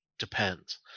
depends